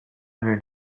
iron